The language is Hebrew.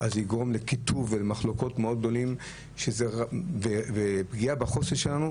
אז זה יגרום לקיטוב ומחלוקות מאוד גדולות ופגיעה בחוסן שלנו,